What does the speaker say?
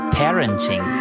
parenting